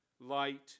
Light